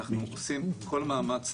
אנחנו עושים כל מאמץ,